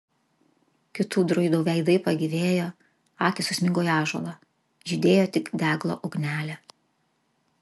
kitų druidų veidai pagyvėjo akys susmigo į ąžuolą judėjo tik deglo ugnelė